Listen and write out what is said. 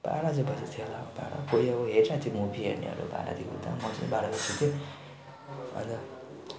बाह्र चाहिँ बजेको थियो होला हौ बाह्र कोही यो हेरिरहेथ्यो मुभी हेर्नेहरू बाह्रदेखि उता म चाहिँ बाह्र बजी सुतेँ अन्त